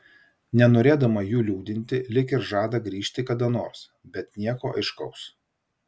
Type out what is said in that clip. nenorėdama jų liūdinti lyg ir žada grįžt kada nors bet nieko aiškaus